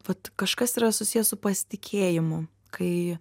vat kažkas yra susiję su pasitikėjimu kai